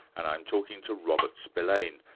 and i'm talking to robert spillane,